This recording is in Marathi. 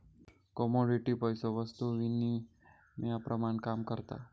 कमोडिटी पैसो वस्तु विनिमयाप्रमाण काम करता